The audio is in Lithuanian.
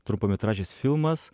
trumpametražis filmas